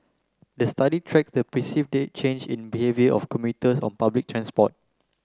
the study tracks the perceived change in behaviour of commuters on public transport